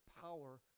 power